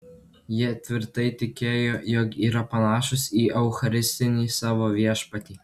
jie tvirtai tikėjo jog yra panašūs į eucharistinį savo viešpatį